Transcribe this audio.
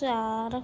ਚਾਰ